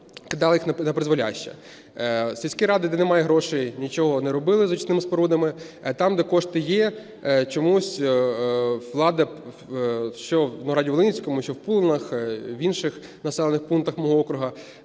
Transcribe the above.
кидала їх на призволяще. Сільські ради, де немає грошей, нічого не робили з очисними спорудами. Там, де кошти є, чомусь влада, що у Новоград-Волинському, що в Пулинах, в інших населених пунктах мого округу,